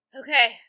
Okay